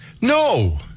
No